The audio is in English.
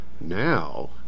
Now